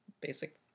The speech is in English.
basic